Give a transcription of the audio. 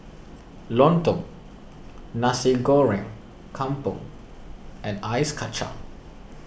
Lontong Nasi Goreng Kampung and Ice Kachang